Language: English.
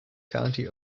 county